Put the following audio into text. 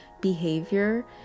behavior